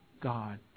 God